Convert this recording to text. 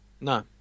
No